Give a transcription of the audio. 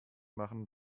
machen